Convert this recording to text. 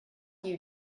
you